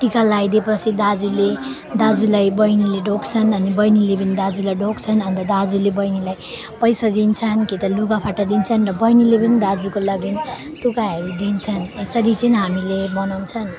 टिका लगाइदिएपछि दाजुले दाजुलाई बैनीलाई ढोग्छन् अनि बैनीले पनि दाजुलाई ढोग्छन् अब दाजुले बैनीलाई पैसा दिन्छन् कि त लुगाफाटा दिन्छन् र बैनीले पनि दाजुको लागि लुगाहरू दिन्छन् यसरी चाहिँ हामीले मनाउँछन्